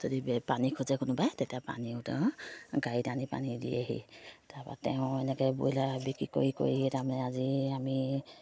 যদি পানী খোজে কোনোবাই তেতিয়া পানীও তেওঁ গাড়ী টানি পানী দিয়েহি তাৰপা তেওঁ এনেকৈ ব্ৰইলাৰ বিক্ৰী কৰি কৰি তাৰমানে আজি আমি